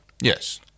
Yes